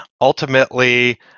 ultimately